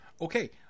okay